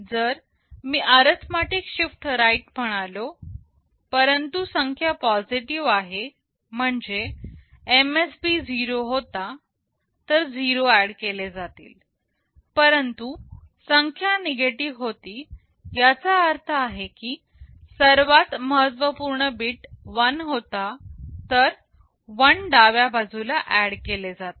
जर मी arithmetic shift right म्हणालो परंतु संख्या पॉझिटिव आहे म्हणजे MSB 0 होता तर 0 ऍड केले जातील परंतु संख्या निगेटिव्ह होती याचा अर्थ आहे की सर्वात महत्वपूर्ण बिट 1 होता तर 1 डाव्या बाजूला ऍड केले जातील